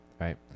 right